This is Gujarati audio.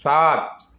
સાત